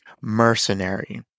mercenary